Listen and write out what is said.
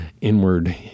inward